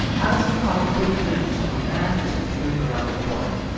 alison caught a quick glimpse of a man disappearing around a corner.